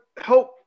help